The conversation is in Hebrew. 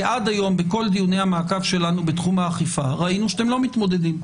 כי עד היום בכל דיוני המעקב שלנו בתחום האכיפה ראינו שאתם לא מתמודדים.